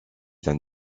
d’un